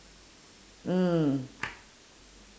mm